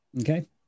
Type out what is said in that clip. Okay